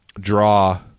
draw